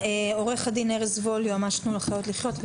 עו"ד ארז וול, יועמ"ש תנו לחיות לחיות.